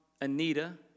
Anita